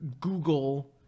Google